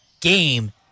game